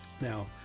now